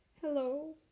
hello